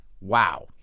Wow